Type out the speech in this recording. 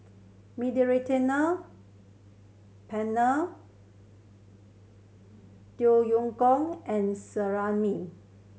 Mediterranean Penne Yam Goong and